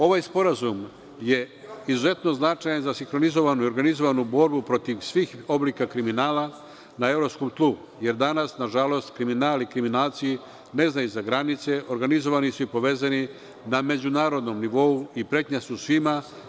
Ovaj sporazum je izuzetno značajan za sinhronizovanu i organizovanu borbu protiv svih oblika kriminala na evropskom tlu, jer danas na žalost kriminal i kriminalci ne znaju za granice, organizovani su i povezani na međunarodnom nivou i pretnja su svima.